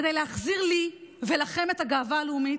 כדי להחזיר לי ולכם את הגאווה הלאומית,